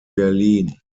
berlin